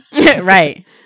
Right